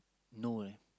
no leh